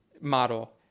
model